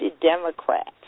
Democrats